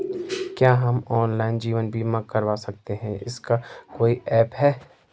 क्या हम ऑनलाइन जीवन बीमा करवा सकते हैं इसका कोई ऐप है?